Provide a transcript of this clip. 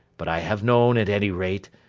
but i have known, at any rate,